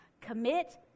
Commit